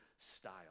style